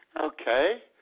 Okay